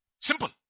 Simple